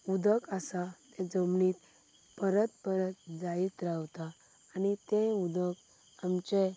उदक आसा तें जमनींत परत परत जायत रावता आनी तें उदक आमचें